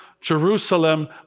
Jerusalem